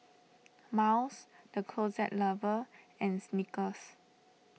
Miles the Closet Lover and Snickers